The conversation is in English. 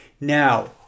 Now